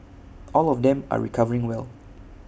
all of them are recovering well